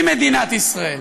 היא מדינת ישראל.